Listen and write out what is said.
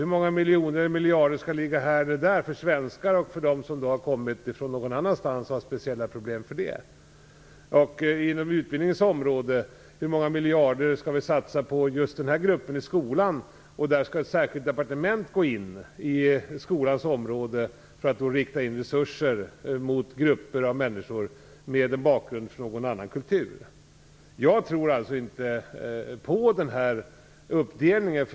Hur många miljarder skall ligga här eller där för svenskar och för dem som har kommit från något annat håll och har speciella problem på grund av det? Hur många miljarder skall man satsa just på den här gruppen i skolan? Där skall då särskilda departement gå in på skolans område, för att rikta in resurser mot grupper av människor med en bakgrund från en annan kultur. Jag tror alltså inte på den här uppdelningen.